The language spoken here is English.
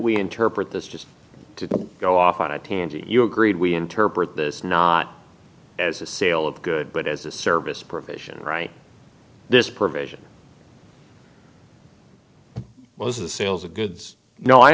we interpret this just to go off on a tangent you agreed we interpret this not as a sale of goods but as a service provision right this provision was a sales of goods no i